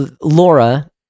Laura